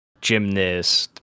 gymnast